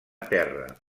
terra